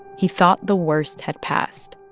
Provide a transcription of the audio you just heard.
he thought the worst had passed.